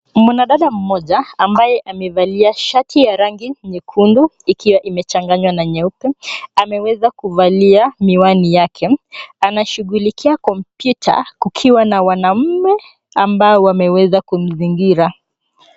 Mwanadada mmoja ambaye amevalia shati ya rangi nyekundu ikiwa imechanganywa na nyeupe ameweza kuvalia miwani yake. Anashughulikia kompyuta kukiwa na wanaume ambao wameweza kumzingira.